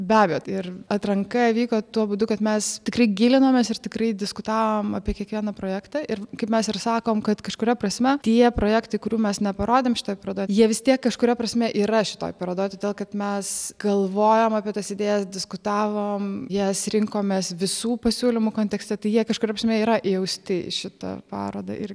beabejo ir atranka vyko tuo būdu kad mes tikrai gilinomės ir tikrai diskutavom apie kiekvieną projektą ir kaip mes ir sakom kad kažkuria prasme tie projektai kurių mes neparodėm šitoj parodoj jie vis tiek kažkuria prasme yra šitoj parodoj todėl kad mes galvojam apie tas idėjas diskutavom jas rinkomės visų pasiūlymų kontekste tai jie kažkuria prasme yra įausti į šitą parodą